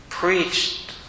preached